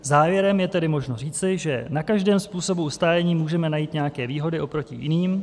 Závěrem je tedy možno říci, že na každém způsobu ustájení můžeme najít nějaké výhody oproti jiným.